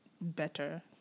better